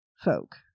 Folk